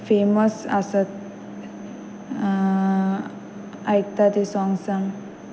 famous आसात आयकता ते सोंग्सान